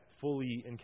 fully